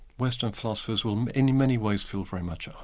western philosophers will in many ways feel very much at